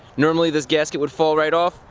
normally this gasket would fall right off,